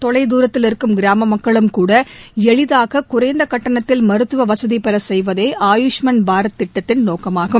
தொலை தூரத்தில் இருக்கும் கிராம மக்களும் கூட எளிதாக குறைந்த கட்டணத்தில் மருத்துவ வசதி பெற செய்வதே ஆயுஷ்மன் பாரத் திட்டத்தின் நோக்கமாகும்